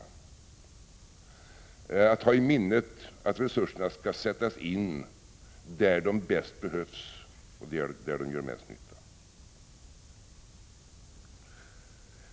Det gäller att ha i minnet att resurserna skall sättas in där de bäst behövs och där de gör bäst nytta.